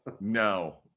No